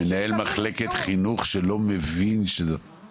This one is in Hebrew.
מנהל מחלקת חינוך שלא מבין את המצב הזה.